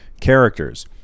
characters